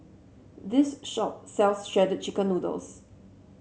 this shop sells Shredded Chicken Noodles